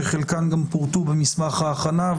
שחלקן גם פורטו במסמך האחרונה.